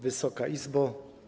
Wysoka Izbo!